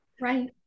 right